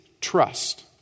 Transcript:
trust